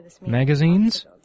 magazines